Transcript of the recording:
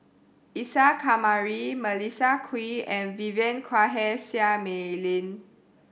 Isa Kamari Melissa Kwee and Vivien Quahe Seah Mei Lin